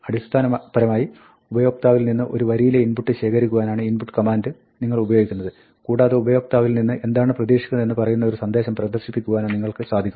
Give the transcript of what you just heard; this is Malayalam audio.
അടിസ്ഥാനപരമായി ഉപയോക്താവിൽ നിന്ന് ഒരു വരിയിലെ ഇൻപുട്ട് ശേഖരിക്കുവാനാണ് input കമാന്റ് നിങ്ങൾ ഉപയോഗിക്കുന്നത് കൂടാതെ ഉപയോക്താവിൽ നിന്ന് എന്താണ് പ്രതീക്ഷിക്കുന്നത് എന്ന് പറയുന്ന ഒരു സന്ദേശം പ്രദർശിപ്പിക്കുവാനും നിങ്ങൾക്ക് സാധിക്കും